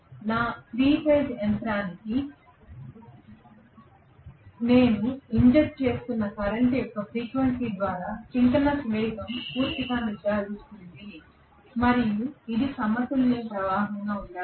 కాబట్టి నా 3 ఫేజ్ యంత్రానికి నేను ఇంజెక్ట్ చేస్తున్న కరెంట్ యొక్క ఫ్రీక్వెన్సీ ద్వారా సింక్రోనస్ వేగం పూర్తిగా నిర్ధారిస్తుంది మరియు ఇది సమతుల్య ప్రవాహంగా ఉండాలి